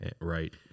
right